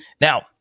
Now